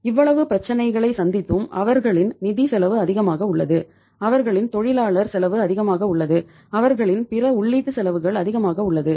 இவ்வளவு பிரச்சனைகளை சந்தித்தும் அவர்களின் நிதி செலவு அதிகமாக உள்ளது அவர்களின் தொழிலாளர் செலவு அதிகமாக உள்ளது அவர்களின் பிற உள்ளீட்டு செலவுகள் அதிகமாக உள்ளது